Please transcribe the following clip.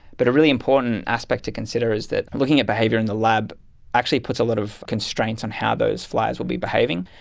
but a really important aspect to consider is that looking at behaviour in the lab actually puts a lot of constraints on how those flies would be behaving.